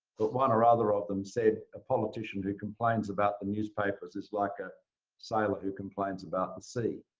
but one or other of them said, a politician who complains about the newspapers is like a sailor who complains about the sea.